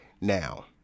now